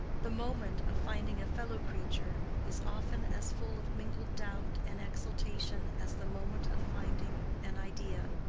the moment of finding a fellow-creature is often as full of mingled doubt and exultation as the moment of finding an idea.